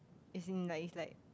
as in like is like